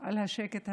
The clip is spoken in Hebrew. על השקט הזה.